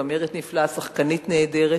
זמרת נפלאה ושחקנית נהדרת,